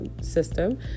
system